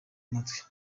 amatwi